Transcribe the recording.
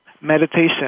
meditation